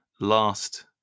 last